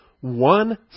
one